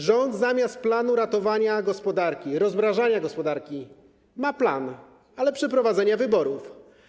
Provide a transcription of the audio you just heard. Rząd zamiast planu ratowania gospodarki i rozmrażania gospodarki ma plan, ale jest to plan przeprowadzenia wyborów.